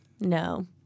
No